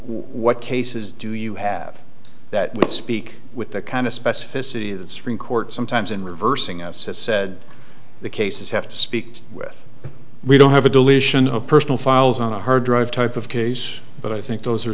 what cases do you have that would speak with that kind of specificity that supreme court sometimes in reversing us has said the cases have to speak with we don't have a deletion of personal files on the hard drive type of case but i think those are